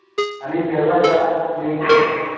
ꯑꯅꯤꯒꯤ ꯑꯗꯨꯋꯥꯏꯗ ꯌꯦꯡꯁꯤ